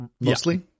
Mostly